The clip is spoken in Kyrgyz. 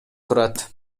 турат